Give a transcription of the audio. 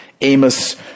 Amos